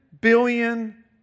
billion